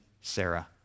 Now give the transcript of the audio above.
Sarah